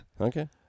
okay